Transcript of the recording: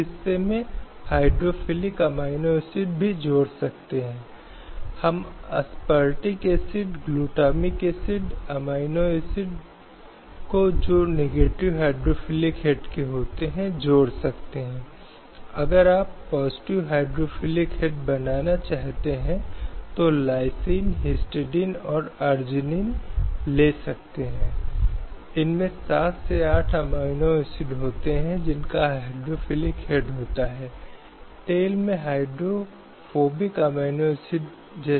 कुछ अन्य हैं जो हम बाद में अनुच्छेद 14 के साथ शुरू करने के लिए आ रहे हैं कानून के समक्ष समानता और कानूनों के समान संरक्षण के लिए पैरवी करते हैं यह नीचे देता है कि राज्य किसी भी व्यक्ति को कानून की समानता और कानूनों की समानता के समान सुरक्षा से इनकार नहीं करेगा अब दो अवधारणाएँ हैं जिन्हें हम इस संबंध में देख सकते हैं कि एक कानून के समक्ष समानता है और दूसरा कानूनों की समान सुरक्षा है